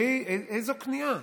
איזו כניעה?